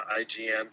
IGN